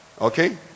Okay